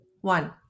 One